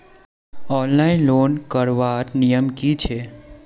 Online loan करवार नियम की छे?